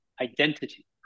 identity